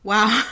Wow